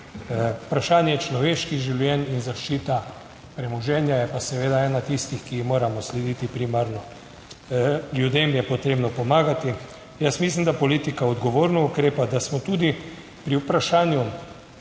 vprašanje človeških življenj in zaščita premoženja je pa seveda ena tistih, ki ji moramo slediti 37. TRAK: (VP) 13.00 (nadaljevanje) primarno. Ljudem je potrebno pomagati. Jaz mislim, da politika odgovorno ukrepa, da smo tudi pri vprašanju,